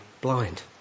blind